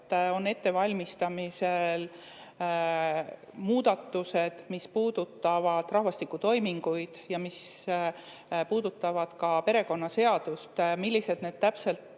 on ettevalmistamisel muudatused, mis puudutavad rahvastikutoiminguid ja ka perekonnaseadust. Millised need täpselt